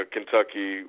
Kentucky